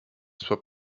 soit